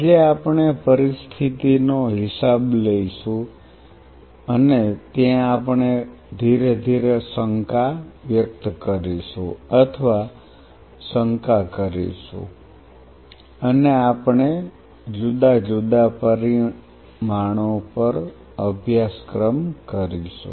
આજે આપણે પરિસ્થિતિનો હિસાબ લઈશું અને ત્યાં આપણે ધીરે ધીરે શંકા વ્યક્ત કરીશું અથવા શંકા કરીશું અને આપણે જુદા જુદા પરિમાણો પર અભ્યાસક્રમ કરીશું